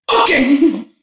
Okay